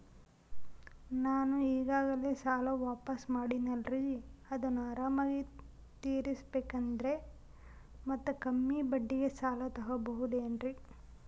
ನಾನು ಈಗಾಗಲೇ ಸಾಲ ವಾಪಾಸ್ಸು ಮಾಡಿನಲ್ರಿ ಅದನ್ನು ಆರಾಮಾಗಿ ತೇರಿಸಬೇಕಂದರೆ ಮತ್ತ ಕಮ್ಮಿ ಬಡ್ಡಿಗೆ ಸಾಲ ತಗೋಬಹುದೇನ್ರಿ?